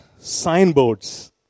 signboards